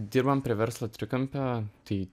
dirbam prie verslo trikampio tai